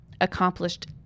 accomplished